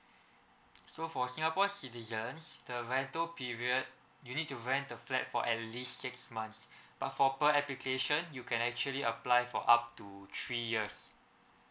so for singapore citizens the rental period you need to rent the flat for at least six months but for per application you can actually apply for up to three years